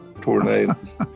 tornadoes